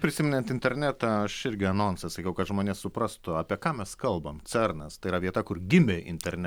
prisimenant internetą aš irgi anonse sakiau kad žmonės suprastų apie ką mes kalbam cernas tai yra vieta kur gimė interne